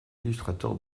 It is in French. illustrateur